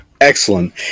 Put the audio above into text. Excellent